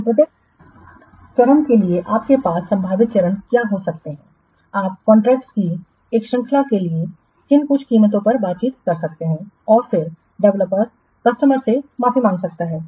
तो प्रत्येक चरण के लिए आपके पास संभावित चरण क्या हो सकते हैं आप कॉन्ट्रैक्टस की एक श्रृंखला के लिए किन कुछ कीमतों पर बातचीत कर सकते हैं और फिर डेवलपर्स कस्टमर से माफी मांग सकता है